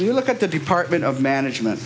you look at the department of management